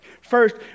First